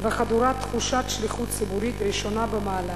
וחדורת תחושת שליחות ציבורית ראשונה במעלה,